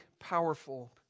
powerful